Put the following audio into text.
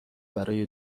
برای